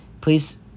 please